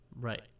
Right